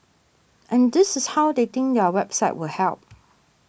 and this is how they think their website will help